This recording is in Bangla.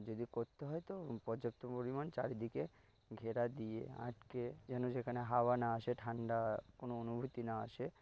যদি করতে হয় তো পর্যাপ্ত পরিমাণ চারিদিকে ঘেরা দিয়ে আটকে যেন যেখানে হাওয়া না আসে ঠান্ডা কোনো অনুভূতি না আসে